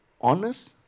honest